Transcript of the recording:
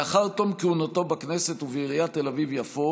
לאחר תום כהונתו בכנסת ובעיריית תל אביב-יפו